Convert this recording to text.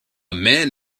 man